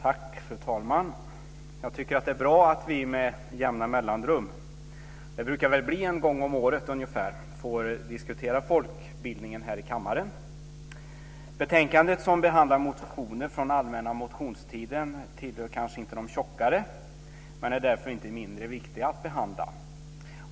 Fru talman! Jag tycker att det är bra att vi med jämna mellanrum - det brukar väl bli en gång om året - får diskutera folkbildningen här i kammaren. Betänkandet som behandlar motioner från allmänna motionstiden tillhör kanske inte de tjockare men är därför inte mindre viktigt att behandla.